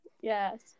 yes